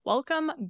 Welcome